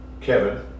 Kevin